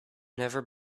never